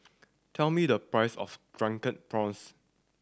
tell me the price of Drunken Prawns